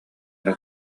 эрэ